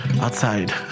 Outside